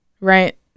right